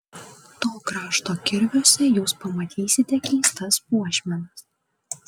to krašto kirviuose jūs pamatysite keistas puošmenas